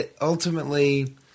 ultimately